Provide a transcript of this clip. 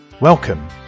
Welcome